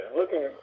looking